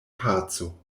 paco